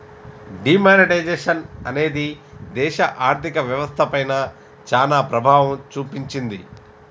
D monetisation అనేది దేశ ఆర్ధిక వ్యవస్థ పైన చానా ప్రభావం చూపించింది